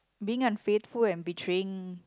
being unfaithful and betraying